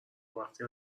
وقتی